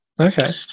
Okay